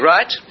Right